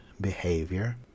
behavior